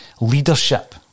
leadership